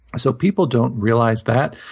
so people don't realize that.